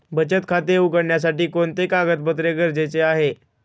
बचत खाते उघडण्यासाठी कोणते कागदपत्रे गरजेचे आहे?